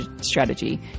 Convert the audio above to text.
strategy